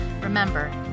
remember